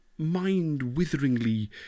mind-witheringly